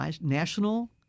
national